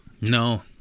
No